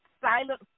silent